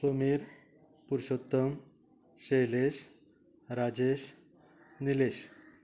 Sumer Purushottam Shailesh Rajesh Nilesh